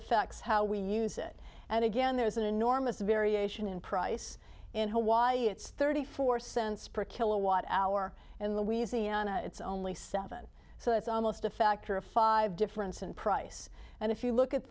affects how we use it and again there's an enormous variation in price in hawaii it's thirty four cents per kilowatt hour in the wheezy and it's only seven so that's almost a factor of five difference in price and if you look at